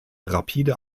rapide